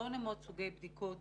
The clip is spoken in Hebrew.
800 סוגי בדיקות,